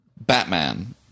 Batman